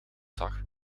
zag